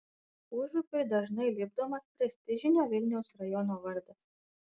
užupiui dažnai lipdomas prestižinio vilniaus rajono vardas